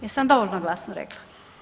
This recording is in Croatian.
Jesam dovoljno glasno rekla?